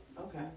Okay